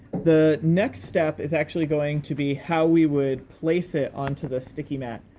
the next step is actually going to be how we would place it onto the sticky mat.